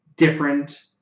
Different